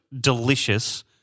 delicious